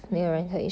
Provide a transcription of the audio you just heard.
mmhmm